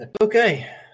Okay